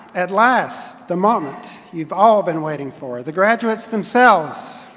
at last, the moment you've all been waiting for, the graduates themselves.